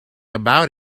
about